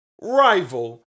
rival